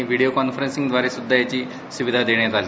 व्हिडिओकान्फरसिंगद्वारे सुद्धा याची सुविधा देण्यात आली